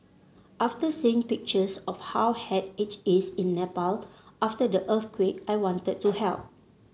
after seeing pictures of how had it is in Nepal after the earthquake I wanted to help